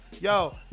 Yo